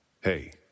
Hey